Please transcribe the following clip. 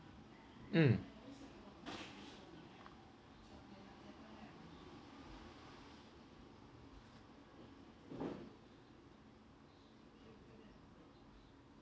mm